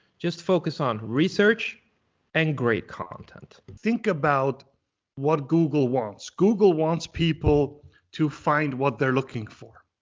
just focus on research and great content. think about what google wants. google wants people to find what they're looking for.